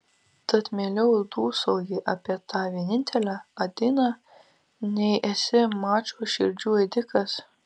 tad mieliau dūsauji apie tą vienintelę adiną nei esi mačo širdžių ėdikas